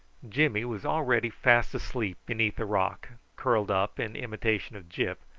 jimmy was already fast asleep beneath a rock, curled up in imitation of gyp,